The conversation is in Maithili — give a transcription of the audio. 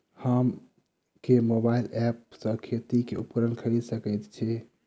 हम केँ मोबाइल ऐप सँ खेती केँ उपकरण खरीदै सकैत छी?